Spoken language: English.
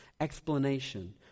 explanation